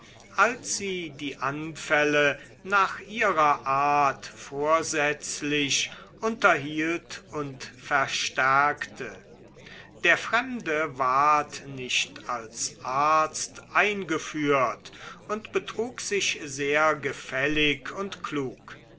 als sie die anfälle nach ihrer art vorsätzlich unterhielt und verstärkte der fremde war nicht als arzt eingeführt und betrug sich sehr gefällig und klug